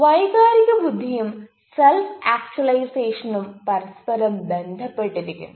വൈകാരിക ബുദ്ധിയും സെൽഫ് ആക്ച്വലൈസേഷനും പരസ്പരം ബന്ധപ്പെട്ടിരിക്കുന്നു